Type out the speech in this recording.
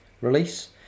release